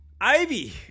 Ivy